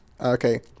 Okay